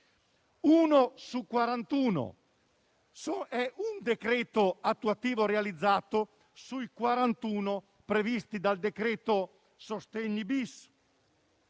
a indicare un decreto attuativo realizzato sui 41 previsti dal decreto sostegni-*bis*;